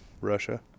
Russia